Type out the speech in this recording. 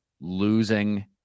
losing